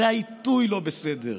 זה העיתוי לא בסדר,